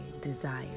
desire